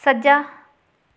ਸੱਜਾ